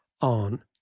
on